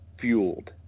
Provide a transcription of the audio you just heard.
fueled